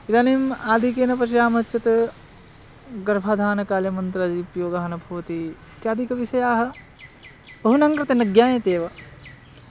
इदानीम् आधिक्येन पश्यामश्चेत् गर्भाधानकाले मन्त्रादि उपयोगः न भवति इत्यादिकविषयाः बहूनां कृते न ज्ञायते एव